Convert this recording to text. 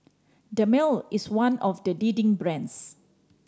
Dermale is one of the leading brands